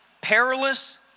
perilous